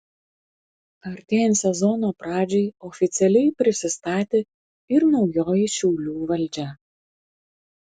artėjant sezono pradžiai oficialiai prisistatė ir naujoji šiaulių valdžia